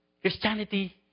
Christianity